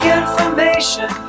information